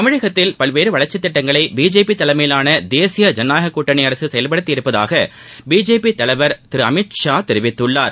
தமிழகத்தில் பல்வேறு வளர்ச்சித் திட்டங்களை பிஜேபி தலைமையிவான தேசிய ஜனநாயக கூட்டணி அரசு செயல்படுத்தியுள்ளதாக பிஜேபி தலைவர் திரு அமித் ஷா தெரிவித்துள்ளார்